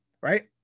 right